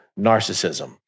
narcissism